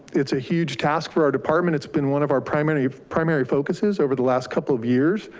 it's a huge task for our department. it's been one of our primary primary focuses over the last couple of years.